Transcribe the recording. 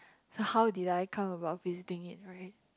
how did I come about visiting it right